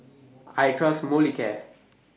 I Trust Molicare